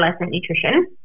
nutrition